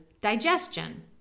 digestion